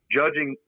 judging